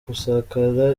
gusakara